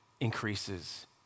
increases